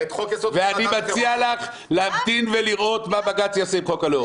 ואני מציע לך להמתין ולראות מה בג"ץ יעשה עם חוק הלאום.